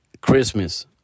Christmas